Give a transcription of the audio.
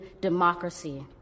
democracy